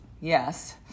Yes